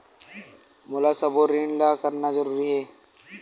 मोला सबो ऋण ला करना जरूरी हे?